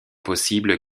possible